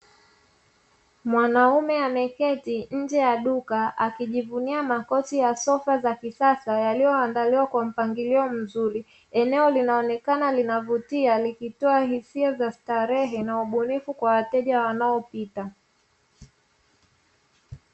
Mwanaume ameketi nje ya duka akijivunia makochi ya sofa za kisasa yaliyoandaliwa kwa mpangilio mzuri, eneo linaonekana linavutia likitoa hisia za starehe na ubunifu kwa wateja wanaopita.